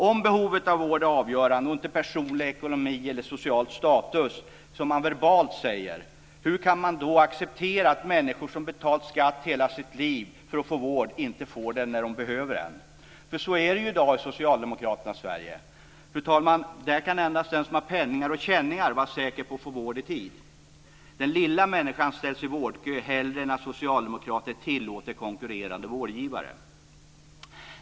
Om behovet av vård är avgörande, och inte personlig ekonomi eller social status, som man verbalt säger - hur kan man då acceptera att människor som har betalt skatt i hela sitt liv för att få vård inte får den när de behöver den? För så är det i dag i socialdemokraternas Sverige. Fru talman! Där kan endast den som har "penningar och känningar" vara säker på att få vård i tid. Den lilla människan ställs i vårdkö hellre än att socialdemokrater tillåter konkurrerande vårdgivare.